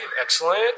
excellent